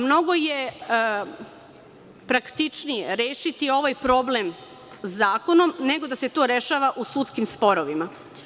Mnogo je praktičnije rešiti ovaj problem zakonom, nego da se to rešava u sudskim sporovima.